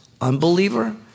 unbeliever